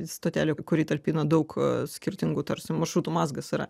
stotelė kuri talpina daug skirtingų tarsi maršrutų mazgas yra